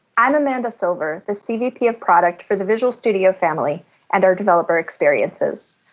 i'm amanda silver, the cvp of product for the visual studio family and our developer experiences.